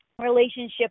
relationship